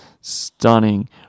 stunning